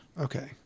Okay